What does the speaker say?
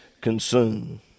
consume